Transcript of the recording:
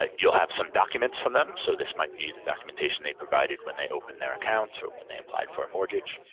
like you'll have some documents from them, so this might be documentation they provided when they opened their accounts or when they applied for a mortgage.